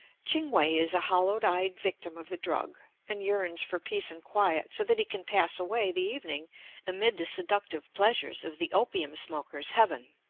ching-we is a hollow-eyed victim of the drug, and yearns for peace and quiet so that he can pass away the evening amid the seductive pleasures of the opium-smoker's heaven.